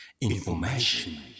information